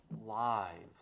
lives